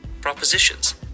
propositions